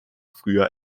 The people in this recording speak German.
früher